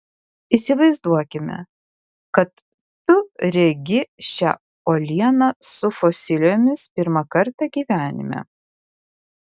įsivaizduokime kad tu regi šią uolieną su fosilijomis pirmą kartą gyvenime